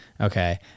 okay